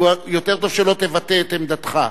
ויותר טוב שלא תבטא את עמדתך.